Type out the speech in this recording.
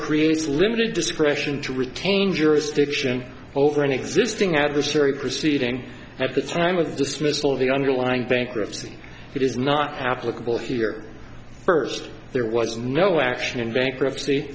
creates limited discretion to retain jurisdiction over an existing adversary proceeding at the time of dismissal of the underlying bankruptcy it is not applicable here first there was no action in bankruptcy